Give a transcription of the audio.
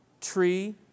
tree